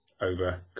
over